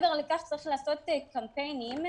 צריך לעשות קמפיינים,